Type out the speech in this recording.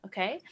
Okay